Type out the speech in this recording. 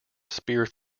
spear